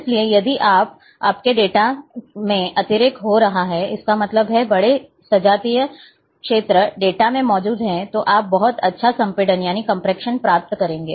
इसलिए यदि आपके डेटा में अतिरेक हो रहा है इसका मतलब है बड़े सजातीय क्षेत्र डेटा में मौजूद हैं तो आप बहुत अच्छा संपीड़न प्राप्त करेंगे